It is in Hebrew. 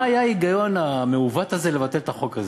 מה היה ההיגיון המעוות הזה לבטל את החוק הזה?